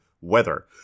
weather